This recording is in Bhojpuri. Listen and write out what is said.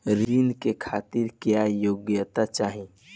ऋण के खातिर क्या योग्यता चाहीं?